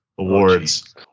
awards